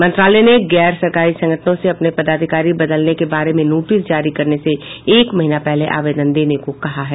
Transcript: मंत्रालय ने गैर सरकारी संगठनों से अपने पदाधिकारी बदलने के बारे में नोटिस जारी करने से एक महीना पहले आवेदन देने को कहा है